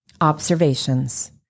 Observations